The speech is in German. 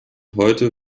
heute